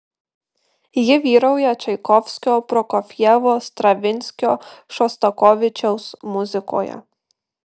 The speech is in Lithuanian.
ji vyrauja čaikovskio prokofjevo stravinskio šostakovičiaus muzikoje